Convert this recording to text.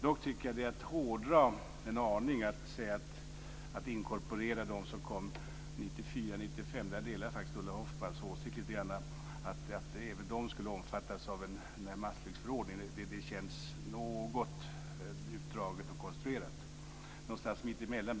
Dock tycker jag att det är att hårdra en aning att inkorporera dem som kom 1994-1995. Där delar jag faktiskt Ulla Hoffmanns åsikt lite grann. Att även de skulle omfattas av massflyktsförordningen känns något utdraget och konstruerat. Jag befinner mig någonstans mittemellan.